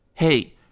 hey